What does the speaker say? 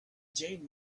jean